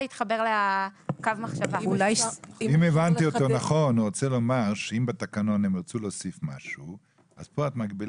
לקבוע סכומים בתקנות אם אין לך תקרה